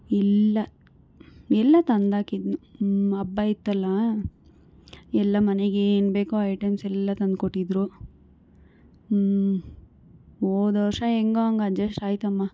ಇಲ್ಲ ಎಲ್ಲ ತಂದಾಕಿದನು ಹ್ಞೂ ಹಬ್ಬ ಇತ್ತಲ್ಲ ಎಲ್ಲ ಮನೆಗೇನು ಬೇಕೋ ಐಟಮ್ಸೆಲ್ಲ ತಂದ್ಕೊಟ್ಟಿದ್ರು ಹ್ಞೂ ಹೋದ ವರ್ಷ ಹೆಂಗೋ ಹಂಗೆ ಅಡ್ಜಸ್ಟಾಯ್ತಮ್ಮ